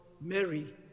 Mary